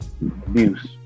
abuse